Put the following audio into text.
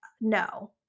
No